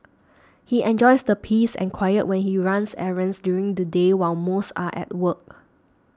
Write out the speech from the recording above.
he enjoys the peace and quiet when you runs errands during the day while most are at work